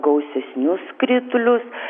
gausesnius kritulius